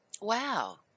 Wow